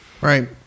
right